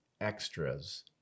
extras